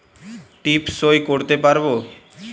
টিপ সই করতে পারবো?